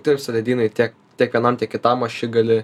tirpsta ledynai tiek tiek vienam kitam ašigaly